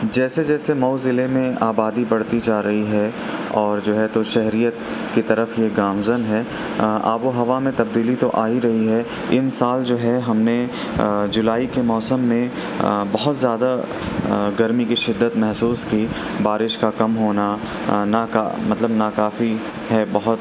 جیسے جیسے مئو ضلعے میں آبادی بڑھتی جا رہی ہے اور جو ہے تو شہریت کی طرف یہ گامزن ہے آب و ہوا میں تبدیلی تو آ ہی رہی ہے امسال جو ہے ہم نے جولائی کے موسم میں بہت زیادہ گرمی کی شدت محسوس کی بارش کا کم ہونا نا کا مطلب ناکافی ہے بہت